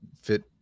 fit